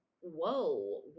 whoa